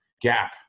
gap